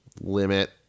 limit